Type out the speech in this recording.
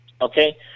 Okay